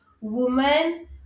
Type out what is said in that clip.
woman